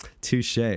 Touche